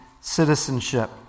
citizenship